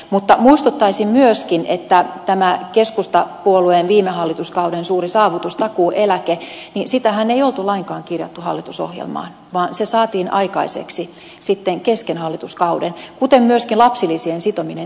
mutta muistuttaisin myöskin että keskustapuolueen viime hallituskauden suurta saavutusta takuueläkettä ei ollut lainkaan kirjattu hallitusohjelmaan vaan se saatiin aikaiseksi sitten kesken hallituskauden kuten myöskin lapsilisien sitominen indeksiin